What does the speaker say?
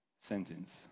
sentence